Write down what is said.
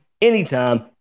Anytime